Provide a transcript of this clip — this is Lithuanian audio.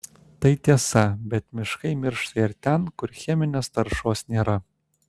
tai tiesa bet miškai miršta ir ten kur cheminės taršos nėra